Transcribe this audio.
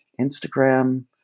Instagram